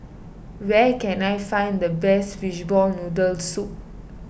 where can I find the best Fishball Noodle Soup